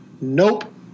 nope